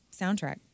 soundtrack